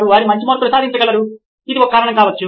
వారు మంచి మార్కులు సాధించగలరు అది ఒక కారణం కావచ్చు